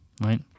right